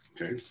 Okay